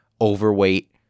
overweight